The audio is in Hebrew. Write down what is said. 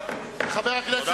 אתה לא יכול.